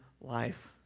life